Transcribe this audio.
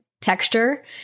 texture